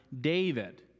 David